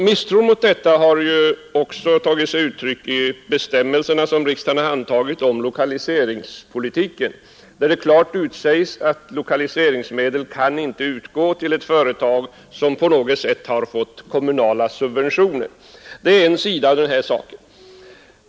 Misstron mot detta har också tagit sig uttryck i de bestämmelser som riksdagen har antagit om lokaliseringspolitiken, där det klart utsägs att lokaliseringsmedel inte kan utgå till ett företag som på något sätt har fått kommunala subventioner. Detta är en sida av saken.